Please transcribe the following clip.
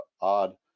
odd